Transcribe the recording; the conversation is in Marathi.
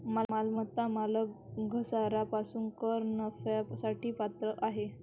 मालमत्ता मालक घसारा पासून कर नफ्यासाठी पात्र आहे